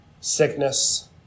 Sickness